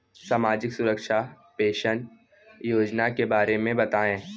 सामाजिक सुरक्षा पेंशन योजना के बारे में बताएँ?